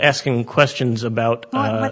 asking questions about